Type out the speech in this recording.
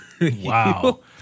Wow